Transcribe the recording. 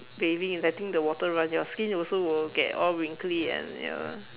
bathing letting the water run your skin also will get all wrinkly and ya lah